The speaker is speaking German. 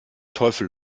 teufel